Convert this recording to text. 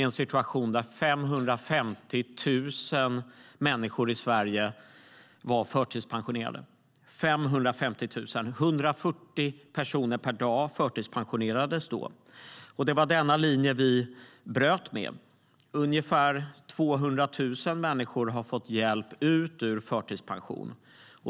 Då var det 550 000 människor i Sverige som var förtidspensionerade. Varje dag förtidspensionerades 140 personer. Det var denna linje som vi bröt med. Ungefär 200 000 människor har fått hjälp ut ur förtidspension.